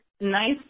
nice